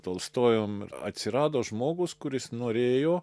tolstojum ir atsirado žmogus kuris norėjo